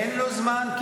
אין לו זמן.